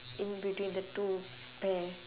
in between the two pear